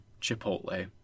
Chipotle